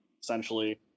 essentially